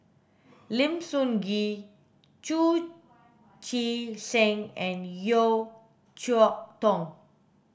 Lim Sun Gee Chu Chee Seng and Yeo Cheow Tong